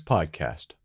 Podcast